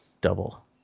Double